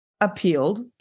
appealed